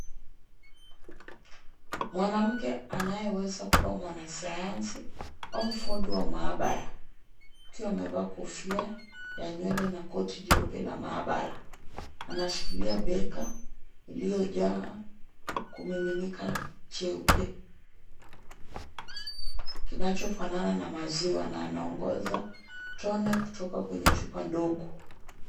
Mwanamke anayeweza kuwa mwana sayansi au fundi wa maabara akiwa amevaa kofia ya nywele na koti jeupe la maabara. Anashikilia beka iliyojaa kumiminika cheupe kinachofanana na maziwa na anaongoza tone kutoka kwenye chupa ndogo.